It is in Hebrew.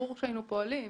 ברור שהיינו פועלים.